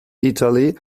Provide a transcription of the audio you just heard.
italy